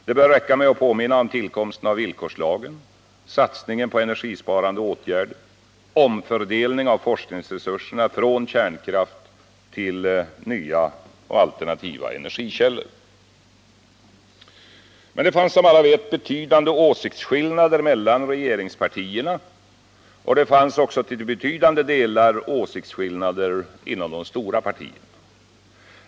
Det bör räcka med att påminna om tillkomsten av villkorslagen, satsningen på energisparande åtgärder och omfördelningen av forskningsresurser från kärnkraft till nya och alternativa energikällor. Men det fanns, som alla vet, betydande åsiktsskillnader mellan regeringspartierna och till betydande delar också inom de stora partierna.